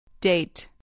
Date